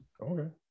Okay